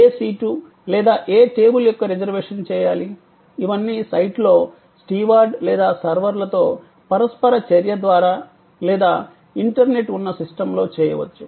ఏ seat లేదా ఏ table యొక్క రిజర్వేషన్ చేయాలి ఇవన్నీ సైట్లో స్టీవార్డ్ లేదా సర్వర్లతో పరస్పర చర్య ద్వారా లేదా ఇంటర్నెట్ ఉన్న సిస్టమ్లో చేయవచ్చు